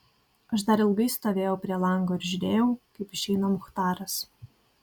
aš dar ilgai stovėjau prie lango ir žiūrėjau kaip išeina muchtaras